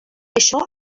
això